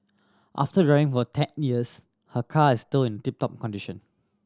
after driving for ten years her car is still in tip top condition